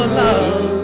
love